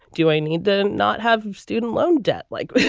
do i need to not have student loan debt? like,